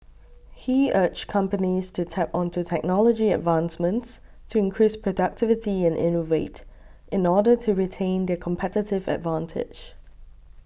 he urged companies to tap onto technology advancements to increase productivity and innovate in order to retain their competitive advantage